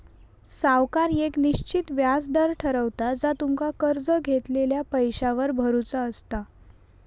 सावकार येक निश्चित व्याज दर ठरवता जा तुमका कर्ज घेतलेल्या पैशावर भरुचा असता